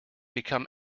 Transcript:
become